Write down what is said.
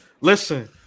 Listen